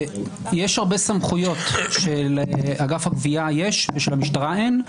יש הרבה סמכויות שלאגף הגבייה יש ושלמשטרה אין,